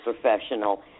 professional